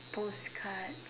post card